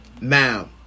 Now